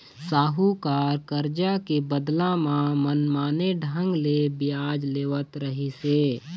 साहूकार करजा के बदला म मनमाने ढंग ले बियाज लेवत रहिस हे